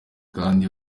kandi